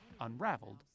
unraveled